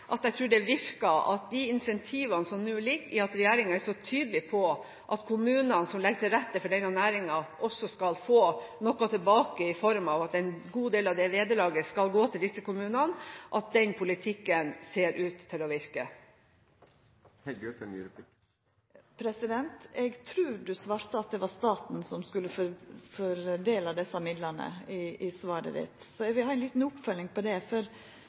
tilfalle. Jeg er veldig glad for å kunne si at de incentiver som ligger i at regjeringen er så tydelig på at kommuner som legger til rette for denne næringen, også skal få noe tilbake i form av at en god del av det vederlaget skal gå til disse kommunene, er en politikk som ser ut til å virke. Eg trur statsråden svarte at det var staten som skulle fordela desse midlane. Eg vil ha ei lita oppfølging på det.